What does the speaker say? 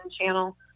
channel